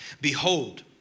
behold